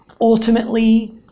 ultimately